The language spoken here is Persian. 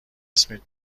اسمت